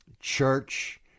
church